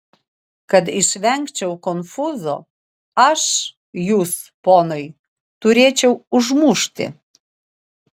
kad išvengčiau konfūzo aš jus ponai turėčiau užmušti